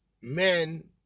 men